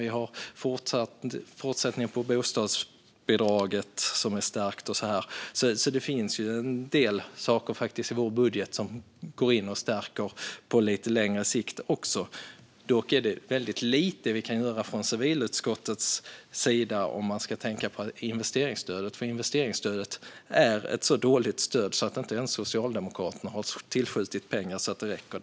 Vi har fortsatt stärkt bostadsbidrag, så det finns en del saker i vår budget som går in och stärker på lite längre sikt också. Det är väldigt lite vi kan göra från civilutskottets sida när det gäller investeringsstödet, för det är ett så dåligt stöd att inte ens Socialdemokraterna har tillskjutit pengar så att det räcker.